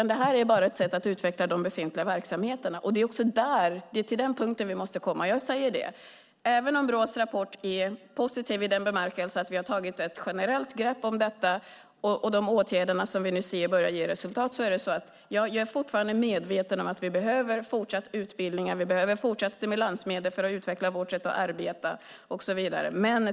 Det här är ett sätt att utveckla de befintliga verksamheterna, och det är till den punkten vi måste komma. Även om Brås rapport är positiv i den bemärkelsen att vi har tagit ett generellt grepp om detta, och att de åtgärder vi vidtagit nu börjar ge resultat, är jag medveten om att vi även fortsatt behöver utbildningar, stimulansmedel för att utveckla vårt sätt att arbete och så vidare.